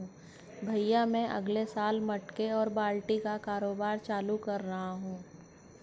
भैया मैं अगले साल मटके और बाल्टी का कारोबार चालू कर रहा हूं